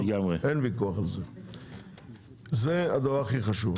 זה הדבר הכי חשוב.